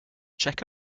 check